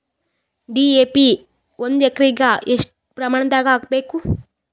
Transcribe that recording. DAP ಒಂದು ಎಕರಿಗ ಎಷ್ಟ ಪ್ರಮಾಣದಾಗ ಹಾಕಬೇಕು?